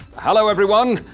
hello, everyone.